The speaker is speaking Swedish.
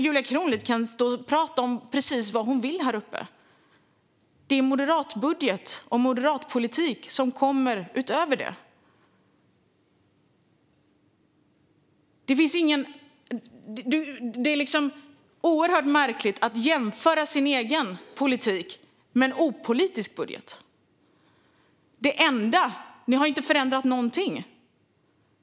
Julia Kronlid kan stå och prata om precis vad hon vill här uppe - det är moderatbudget och moderatpolitik som kommer utav det. Det är oerhört märkligt att jämföra sin egen politik med en opolitisk budget. Ni har inte förändrat någonting.